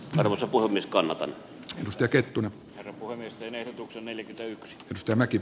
marvel puhumista naton mustaketun herkkua miesten erotuksen eli mitä yks pistemäki